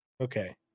Okay